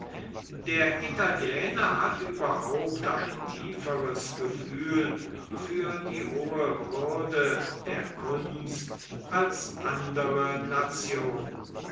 der italiener hat überhaupt ein tieferes gefühl für die hohe würde der kunst als andere nationen